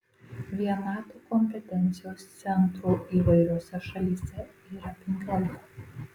vien nato kompetencijos centrų įvairiose šalyse yra penkiolika